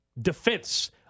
defense